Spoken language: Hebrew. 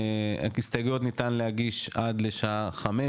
הסתייגויות ניתן להגיש עד לשעה 17:00,